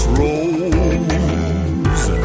rose